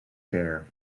bear